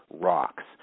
rocks